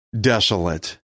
desolate